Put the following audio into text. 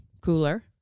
cooler